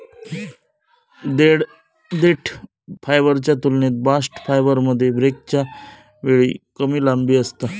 देठ फायबरच्या तुलनेत बास्ट फायबरमध्ये ब्रेकच्या वेळी कमी लांबी असता